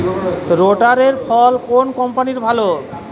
রোটারের ফল কোন কম্পানির ভালো?